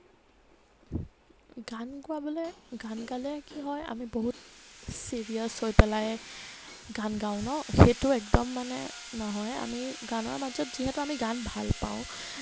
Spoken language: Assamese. গান গোৱাবলৈ গান গালে কি হয় আমি বহুত চিৰিয়াছ হৈ পেলাই গান গাওঁ ন' সেইটো একদম মানে নহয় আমি গানৰ মাজত যিহেতু আমি গান ভাল পাওঁ